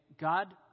God